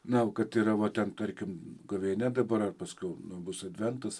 na kad yra va ten tarkim gavėnia dabar ar paskiau bus adventas